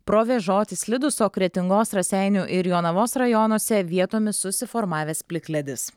provėžoti slidūs o kretingos raseinių ir jonavos rajonuose vietomis susiformavęs plikledis